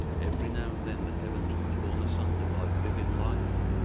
every now and then the heavens were torn asunder by vivid lightning,